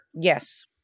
Yes